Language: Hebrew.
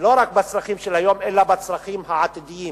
ולא רק בצרכים של היום אלא בצרכים העתידיים,